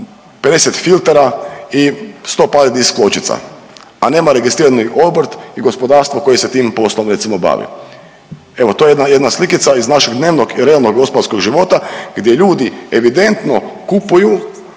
50 filtera i 100 pari disk pločica, a nema registrirani obrt i gospodarstvo koje se tim poslom recimo bavi. Evo to je jedna slikica iz našeg dnevnog i realnog gospodarskog života gdje ljudi evidentno kupuju